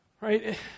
right